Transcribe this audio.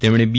તેમણે બી